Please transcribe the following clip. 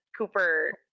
cooper